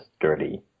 dirty